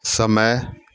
समय